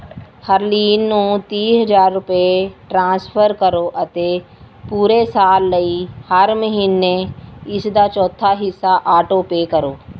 ਹਰਲੀਨ ਨੂੰ ਤੀਹ ਹਜ਼ਾਰ ਰੁਪਏ ਟ੍ਰਾਂਸਫਰ ਕਰੋ ਅਤੇ ਪੂਰੇ ਸਾਲ ਲਈ ਹਰ ਮਹੀਨੇ ਇਸ ਦਾ ਚੌਥਾ ਹਿੱਸਾ ਆਟੋਪੇਅ ਕਰੋ